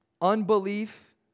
unbelief